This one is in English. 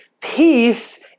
Peace